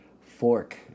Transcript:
fork